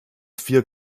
vier